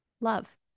Love